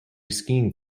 skiing